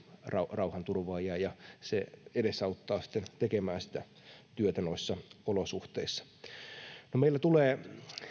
rauhanturvaajia ja se edesauttaa sitten tekemään sitä työtä noissa olosuhteissa meillä tulee